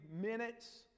minutes